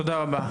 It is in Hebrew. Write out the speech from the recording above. תודה רבה.